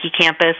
campus